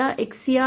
25 आहे